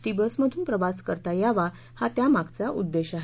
T बसमधून प्रवास करता यावा हा त्यामागचा उद्देश आहे